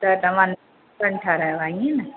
त तव्हां मकान ठाहिरायो आहे ईअं न